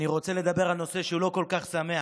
אני רוצה לדבר על נושא שהוא לא כל כך שמח.